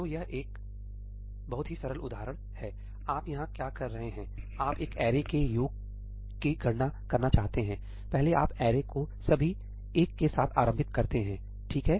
तो यह एक बहुत ही सरल उदाहरण है आप यहाँ क्या कर रहे हैं आप एक ऐरे के योग की गणना करना चाहते हैं पहले आप ऐरे को सभी 1 के साथ आरंभीकृत करते हैं ठीक है